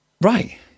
right